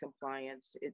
compliance